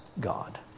God